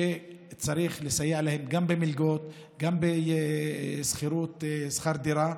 שצריך לסייע להם גם במלגות, גם בשכירות ושכר דירה,